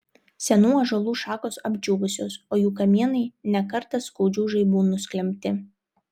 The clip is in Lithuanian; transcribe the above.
senų ąžuolų šakos apdžiūvusios o jų kamienai ne kartą skaudžių žaibų nusklembti